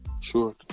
Sure